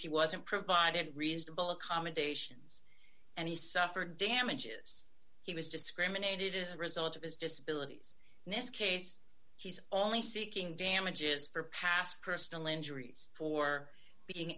alleges he wasn't provided reasonable accommodations and he suffered damages he was discriminated as a result of his disability in this case she's only seeking damages for past personal injuries for being